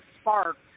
sparked